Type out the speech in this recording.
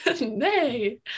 Nay